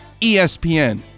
ESPN